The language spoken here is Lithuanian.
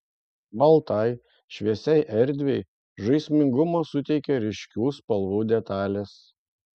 baltai šviesiai erdvei žaismingumo suteikia ryškių spalvų detalės